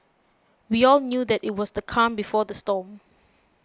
we all knew that it was the calm before the storm